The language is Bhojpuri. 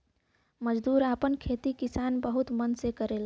मजदूर आपन खेती किसानी बहुत मन से करलन